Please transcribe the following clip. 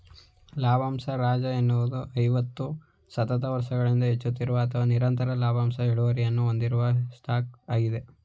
ಲಾಭಂಶ ರಾಜ ಎನ್ನುವುದು ಐವತ್ತು ಸತತ ವರ್ಷಗಳಿಂದ ಹೆಚ್ಚುತ್ತಿರುವ ಅಥವಾ ನಿರಂತರ ಲಾಭಾಂಶ ಇಳುವರಿಯನ್ನ ಹೊಂದಿರುವ ಸ್ಟಾಕ್ ಆಗಿದೆ